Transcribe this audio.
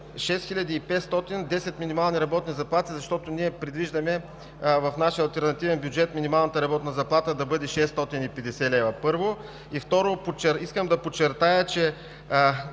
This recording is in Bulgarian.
6500 са десет минимални работни заплати, защото предвиждаме в нашия алтернативен бюджет минималната работна заплата да бъде 650 лв. Второ, искам да подчертая, че